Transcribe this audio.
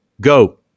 go